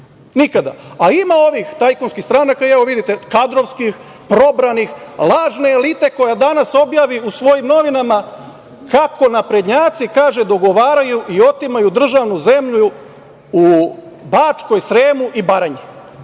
Nikada. Ima ovih tajkunskih stranaka i evo vidite, kadrovskih, probranih, lažne elite koja danas objavi u svojim novinama kako naprednjaci dogovaraju i otimaju državnu zemlju u Bačkoj, Sremu i Baranji.